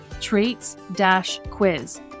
Traits-quiz